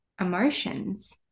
emotions